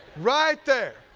right there.